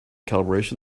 calibration